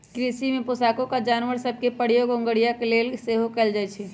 कृषि में पोशौआका जानवर सभ के प्रयोग अगोरिया के लेल सेहो कएल जाइ छइ